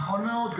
נכון מאוד.